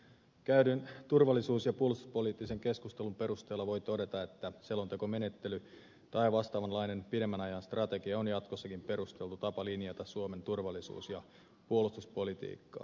käydyn turvallisuus ja puolustuspoliittisen keskustelun perusteella voi todeta että selontekomenettely tai vastaavanlainen pidemmän ajan strategia on jatkossakin perusteltu tapa linjata suomen turvallisuus ja puolustuspolitiikkaa